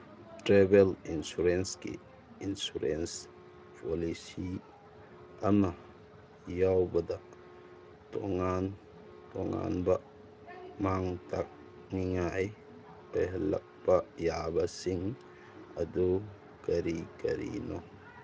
travel ꯏꯟꯁꯨꯔꯦꯟꯁꯀꯤ insurance policy ꯑꯃ ꯌꯥꯎꯕꯗ ꯇꯣꯉꯥꯅ ꯇꯣꯉꯥꯟꯕ ꯃꯥꯡ ꯇꯥꯛꯅꯤꯉꯥꯏ ꯑꯣꯏꯍꯜꯂꯛꯄ ꯌꯥꯕꯁꯤꯡ ꯑꯗꯨ ꯀꯔꯤ ꯀꯔꯤꯅꯣ